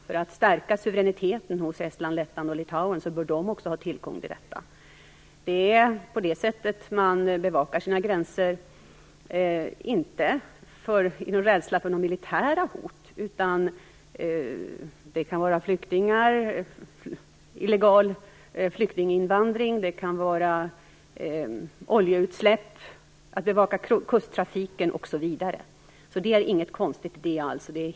För att stärka suveräniteten hos Estland, Lettland och Litauen bör de också ha tillgång till detta. Det är på det sättet man bevakar sina gränser, inte på grund av någon rädsla för militära hot, utan det kan vara illegal flyktinginvandring, det kan vara oljeutsläpp, för att bevaka kusttrafiken osv. Det är inget konstigt i det alls.